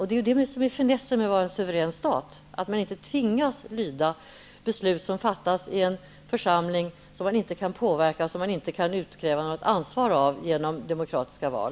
Det är det som är finessen med att vara suverän stat, att man inte tvingas att lyda beslut som fattas i en församling som man inte kan påverka, som man inte kan utkräva något ansvar av genom demokratiska val.